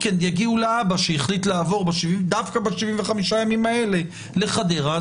יגיעו לאבא שהחליט לעבור דווקא ב-75 ימים האלה לחדרה.